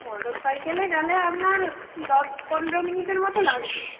motor সাইকেলে গেলে আপনার দশ পনেরো মিনিটের মতো লাগবে